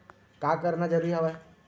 का करना जरूरी हवय?